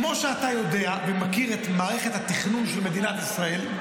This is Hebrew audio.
כמו שאתה יודע ומכיר את מערכת התכנון של מדינת ישראל,